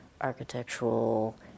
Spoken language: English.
architectural